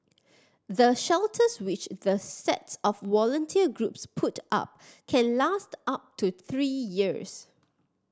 the shelters which the sets of volunteer groups put up can last up to three years